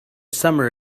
summer